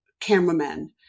cameramen